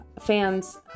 fans